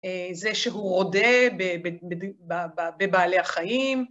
זה שהוא רודה ב.. בבעלי החיים.